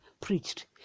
preached